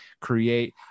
create